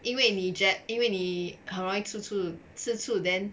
因为你 get 因为你很容易吃醋吃醋 then